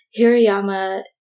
Hirayama